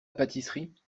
pâtisserie